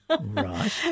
right